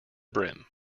brim